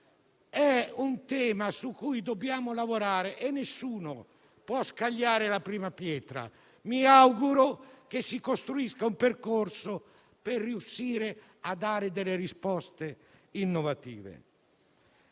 È un tema su cui dobbiamo lavorare e nessuno può scagliare la prima pietra. Mi auguro che si costruisca un percorso per riuscire a dare risposte innovative.